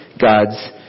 God's